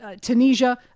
Tunisia